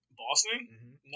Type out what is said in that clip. Boston